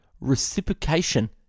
reciprocation